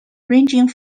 ranging